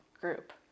group